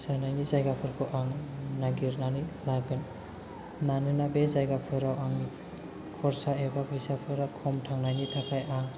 जानायनि जायगाफोरखौ आं नायगिरनानै लागोन मानोना बे जायगाफोराव आं खरसा एबा फैसाफोरा खम थांनायनि थाखाय आं